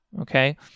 okay